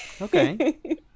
Okay